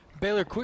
Baylor